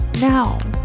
Now